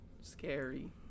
scary